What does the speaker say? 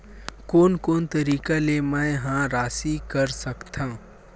कोन कोन तरीका ले मै ह राशि कर सकथव?